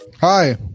hi